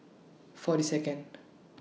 forty Second